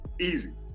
easy